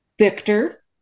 Victor